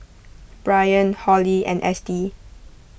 Brian Holly and Estie